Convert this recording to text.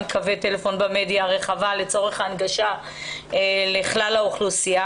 קווים טלפון במדיה הרחבה לצורך הנגשה לכלל האוכלוסייה,